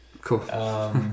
Cool